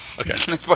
Okay